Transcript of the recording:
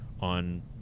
on